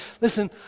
listen